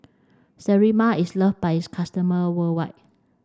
Sterimar is loved by its customers worldwide